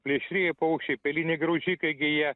plėšrieji paukščiai peliniai graužikai gi jie